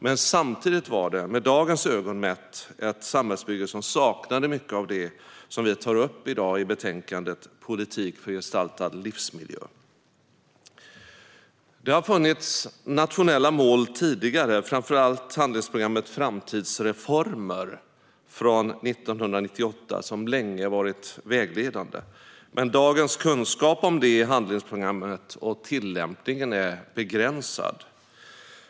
Men samtidigt var det, med dagens ögon, ett samhällsbygge som saknade mycket av det som vi tar upp i dag i betänkandet Politik för gestaltad livsmiljö . Det har funnits nationella mål tidigare, framför allt handlingsprogrammet Framtidsformer från 1998 som länge har varit vägledande. Men dagens kunskap om detta handlingsprogram och tillämpningen av det är begränsad.